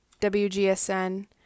WGSN